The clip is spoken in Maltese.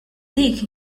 dik